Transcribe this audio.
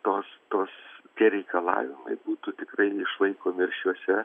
tos tos tie reikalavimai būtų tikrai išlaikomi ir šiuose